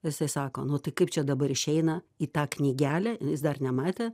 jisai sako nu tai kaip čia dabar išeina į tą knygelę jis dar nematė